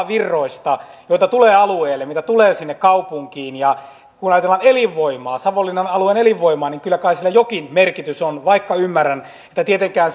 kysymys on rahavirroista joita tulee alueille ja joita tulee sinne kaupunkiin ja kun ajatellaan savonlinnan alueen elinvoimaa niin kyllä kai sillä jokin merkitys on vaikka ymmärrän että tietenkään